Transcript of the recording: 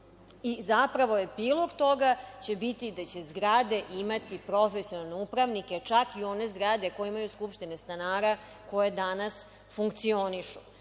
zapravo, epilog će biti da će zgrade imati profesionalne upravnike, čak i one zgrade koje imaju Skupštine stanara koje danas funkcionišu.